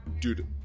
dude